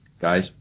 Guys